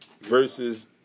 versus